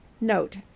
Note